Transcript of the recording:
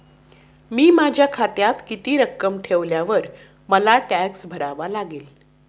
मी माझ्या खात्यात किती रक्कम ठेवल्यावर मला टॅक्स भरावा लागेल?